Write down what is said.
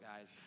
guys